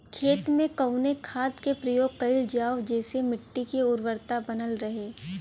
खेत में कवने खाद्य के प्रयोग कइल जाव जेसे मिट्टी के उर्वरता बनल रहे?